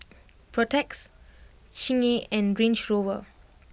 Protex Chingay and Range Rover